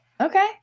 Okay